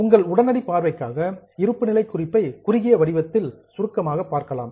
உங்கள் உடனடி பார்வைக்காக இருப்புநிலை குறிப்பை குறுகிய வடிவத்தில் சம்மரைஸ்டு சுருக்கமாக பார்க்கலாம்